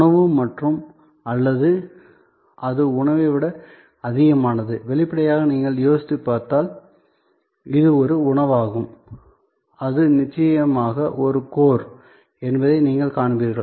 உணவு மற்றும் அல்லது அது உணவை விட அதிகமானது வெளிப்படையாக நீங்கள் யோசித்துப் பார்த்தால் இது ஒரு உணவாகும் அது நிச்சயமாக ஒரு கோர் என்பதை நீங்கள் காண்பீர்கள்